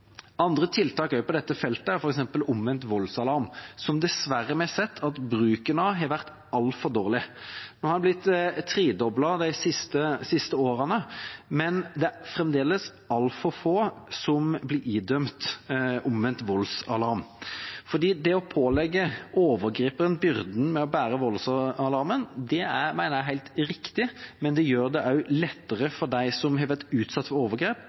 Andre tiltak på dette feltet er f.eks. omvendt voldsalarm, som vi dessverre har sett at bruken av har vært altfor dårlig. Bruken har blitt tredoblet de siste årene, men det er fremdeles altfor få som blir idømt omvendt voldsalarm. Det å pålegge overgriperen byrden med å bære voldsalarmen mener jeg er helt riktig, og det gjør det også lettere for dem som har vært utsatt for overgrep,